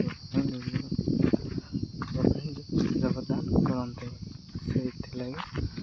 ସେଇଥିଲାଗି